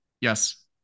Yes